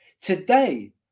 today